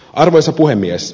arvoisa puhemies